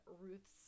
ruth's